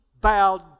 bowed